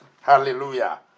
Hallelujah